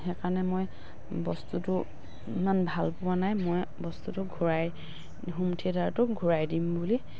সেইকাৰণে মই বস্তুটো ইমান ভাল পোৱা নাই মই বস্তুটো ঘূৰাই হোম থিয়েটাৰটো ঘূৰাই দিম বুলি